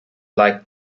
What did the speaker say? like